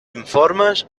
informes